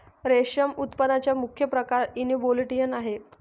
रेशम उत्पादनाचा मुख्य प्रकार युनिबोल्टिन आहे